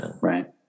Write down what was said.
Right